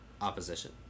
Opposition